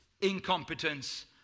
incompetence